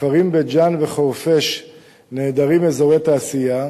הכפרים בית-ג'ן וחורפיש נעדרים אזורי תעשייה.